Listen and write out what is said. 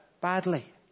badly